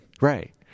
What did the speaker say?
Right